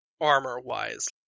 armor-wise